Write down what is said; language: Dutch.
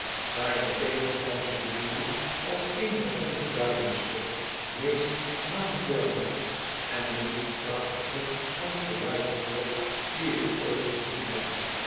daarentegen kwam ze mij nu als een der onbeduidendste meest maanvormige en minst krachtige van geluid voor die ik ooit gezien heb